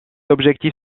objectif